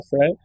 right